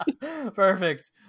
perfect